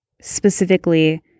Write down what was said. specifically